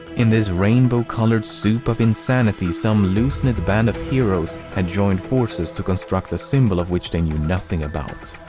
in this rainbow-colored soup of insanity, some loose-knit band of heroes had joined forces to construct a symbol of which they knew nothing about.